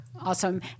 Awesome